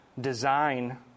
design